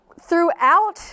Throughout